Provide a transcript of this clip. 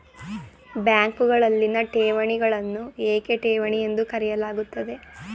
ಬ್ಯಾಂಕುಗಳಲ್ಲಿನ ಠೇವಣಿಗಳನ್ನು ಏಕೆ ಠೇವಣಿ ಎಂದು ಕರೆಯಲಾಗುತ್ತದೆ?